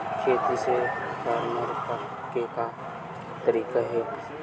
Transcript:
खेती से फारम के का तरीका हे?